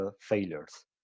failures